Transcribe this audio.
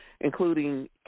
including